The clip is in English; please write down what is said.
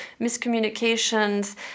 miscommunications